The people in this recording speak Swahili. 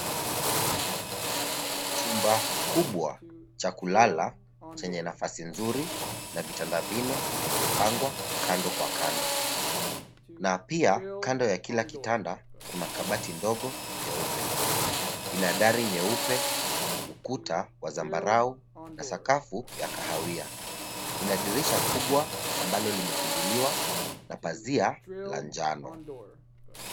Chumba kubwa cha kulala chenye nafasi nzuri na vitanda vinne vilivyopangwa kando kwa kando , na pia kando ya kila kitanda kuna kabati ndogo nyeupe. Ina dari nyeupe, ukuta wa zambarau na sakafu ya kahawia. Ina dirisha kubwa ambalo limefunguliwa na pazia la njano.